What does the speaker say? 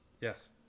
Yes